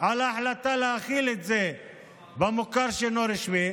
על ההחלטה להחיל את זה במוכר שאינו רשמי,